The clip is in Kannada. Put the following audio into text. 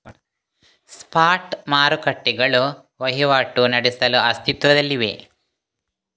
ಸ್ಪಾಟ್ ಮಾರುಕಟ್ಟೆಗಳು ವಹಿವಾಟು ನಡೆಸಲು ಅಸ್ತಿತ್ವದಲ್ಲಿವೆ